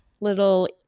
little